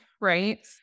right